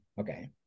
Okay